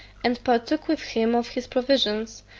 and partook with him of his provisions,